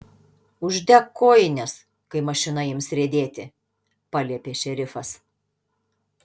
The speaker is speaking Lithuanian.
uždek kojines kai mašina ims riedėti paliepė šerifas